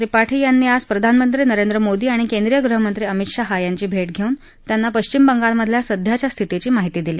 त्रिपाठी यांनी आज प्रधानमंत्री नरेंद्र मोदी आणि केंद्रीय गृहमंत्री अमित शहा यांची भटघसिन त्यांना पश्चिम बंगालमधल्या सध्याच्या स्थितीची माहिती दिली